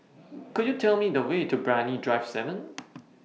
Could YOU Tell Me The Way to Brani Drive seven